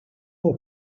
for